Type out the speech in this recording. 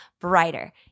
brighter